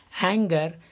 anger